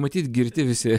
matyt girti visi